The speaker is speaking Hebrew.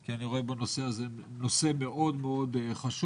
כי אני רואה בנושא הזה נושא מאוד מאוד חשוב.